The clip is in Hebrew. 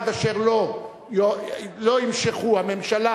עד אשר לא ימשכו הממשלה